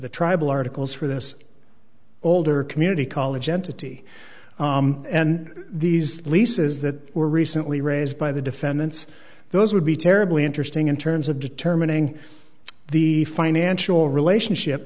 the tribal articles for this older community college entity and these leases that were recently raised by the defendants those would be terribly interesting in terms of determining the financial relationship